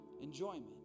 enjoyment